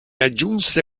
aggiunse